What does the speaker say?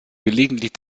gelegentlich